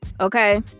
Okay